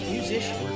Musician